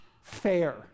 fair